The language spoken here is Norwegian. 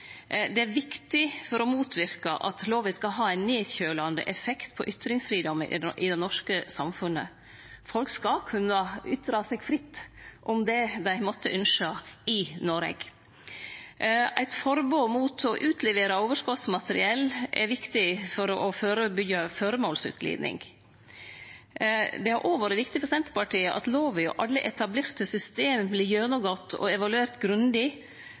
Det er viktig for å motverke at lova skal ha ein nedkjølande effekt på ytringsfridomen i det norske samfunnet. Folk skal kunne ytre seg fritt om det dei måtte ynskje i Noreg. Eit forbod mot å utlevere overskottsmateriell er viktig for å førebyggje føremålsutgliding. Det har òg vore viktig for Senterpartiet at lova og alle etablerte system vert gjennomgått og grundig